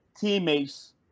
teammates